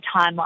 timeline